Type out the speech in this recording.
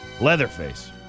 Leatherface